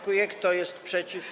Kto jest przeciw?